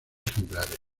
ejemplares